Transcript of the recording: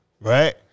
right